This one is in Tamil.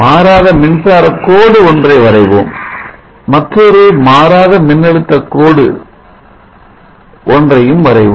மாறாத மின்சார கோடு ஒன்றை வரைவோம் மற்றொரு மாறாத மின்னழுத்த கோடு ஒன்றையும் வரைவோம்